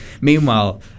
meanwhile